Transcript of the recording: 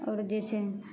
आओर जे छै ने